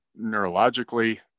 neurologically